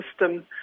system